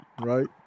right